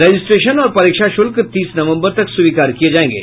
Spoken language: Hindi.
रजिस्ट्रेशन और परीक्षा शुल्क तीस नवम्बर तक स्वीकार किये जायेंगे